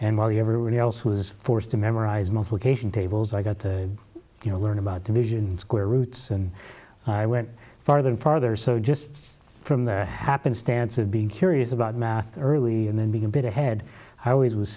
and while the everyone else was forced to memorize multiplication tables i got to you know learn about division and square roots and i went farther and farther so just from there happenstance of being curious about math early and then became bit ahead i always was